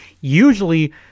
Usually